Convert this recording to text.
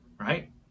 right